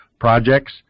projects